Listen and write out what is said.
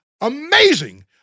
amazing